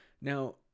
Now